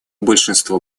большинство